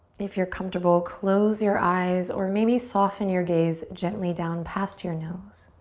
if you're comfortable, close your eyes, or maybe soften your gaze gently down past your nose.